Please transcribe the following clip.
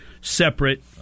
separate